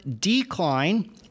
decline